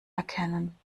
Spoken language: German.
erkennen